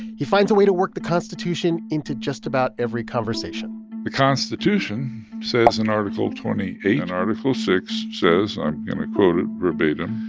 he finds a way to work the constitution into just about every conversation the constitution says in article twenty eight. and article six says i'm going to quote it verbatim.